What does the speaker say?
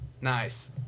Nice